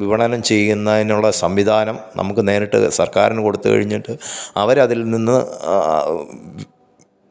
വിപണനം ചെയ്യുന്നതിനുള്ള സംവിധാനം നമുക്ക് നേരിട്ട് സർക്കാരിന് കൊടുത്ത് കഴിഞ്ഞിട്ട് അവരതിൽ നിന്ന്